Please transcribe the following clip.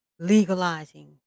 legalizing